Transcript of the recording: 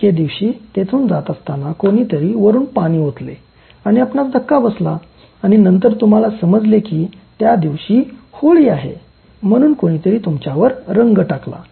एके दिवशी तेथून जात असताना कोणीतरी वरून पाणी ओतले आणि आपणास धक्का बसला आणि नंतर तुम्हाला समजले की त्या दिवशी होळी आहे म्हणून कोणीतरी तुमच्यावर रंग टाकला